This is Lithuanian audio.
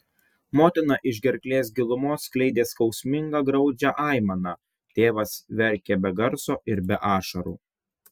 motina iš gerklės gilumos skleidė skausmingą graudžią aimaną tėvas verkė be garso ir be ašarų